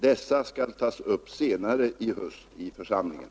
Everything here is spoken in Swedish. Dessa skall tas upp senare i höst i församlingen